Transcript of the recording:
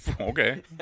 Okay